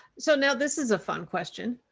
so now this is a fun question.